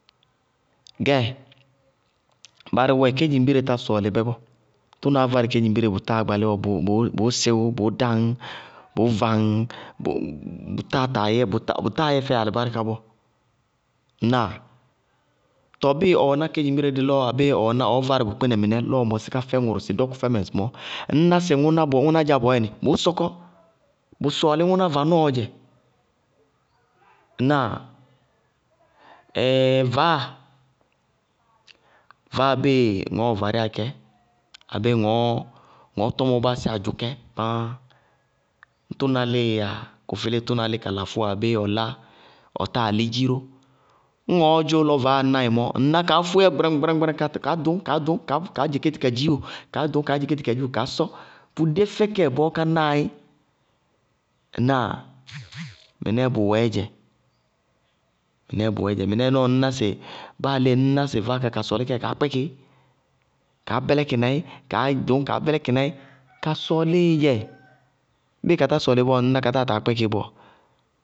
Gɛɛ barɩ wɛ kedzimbire tá sɔɔlɩ bɛ bɔɔ. Tʋnaá várɩ kedzimbire bʋtáa gbalí bɔɔ bʋʋ sɩwʋ bʋʋ dáŋ, bʋʋ váŋ, bʋ táa taa yɛ, bʋtáa yɛ fɛɩ alɩbáríka bɔɔ, ŋnáa? Tɔɔ bíɩ ɔ wɛná kedzimbire dí lɔ abéé ɔ wɛná ɔɔ várɩ bʋ kpínɛ, lɔ ɔ mɔsí ka fɛ ŋʋrʋ sɩ dɔkʋ fɛmɛ ŋsɩmɔɔ, ŋñná ŋʋná dzá bɔɔyɛnɩ, bʋʋ sɔkɔ. Bʋ sɔɔlí ŋʋná vanɔɔɔ dzɛ. Ŋnáa? Ɛɛɛ vaáa, bíɩ ŋɔɔɔ varíyá kɛ abéé ŋɔɔ tɔmɔɔ báásíyá dzʋ kɛ pááá, ñŋ tʋna líɩ yáa kʋ fɩlíɩ tʋna lí kala fʋwa abéé ɔ lá ɔ táa lí dziró, ñŋ ɔʋdzʋ lɔ vaáa náɩ mɔɔ, ŋñná kaá foééyá gbáráŋ-gbáráñ kaá ɖʋñ kaá ɖʋñ kaá dzekéti ka dziiwo, kaá ɖʋñ kaá ɖʋñ kaá dzekéti ka dziiwo káá sɔ. Bʋ dé fɛkɛ bɔɔ ká náa í. Ŋnáa? Mɩnɛɛ bʋwɛɛdzɛ mɩnɛ lɔ ŋñná sɩ báa lé, vaáa ká lɔ ka sɔɔlí ká yɛ kaá kpɛkɩ í. Kaá bɛlɛkɩna í kaá ɖʋñ kaá bɛlɛkɩna í, ka sɔɔlíɩ dzɛ. Bíɩ ka tá sɔɔlɩí bɔɔ ŋñná ka táa taa kpɛkɩí bɔɔ.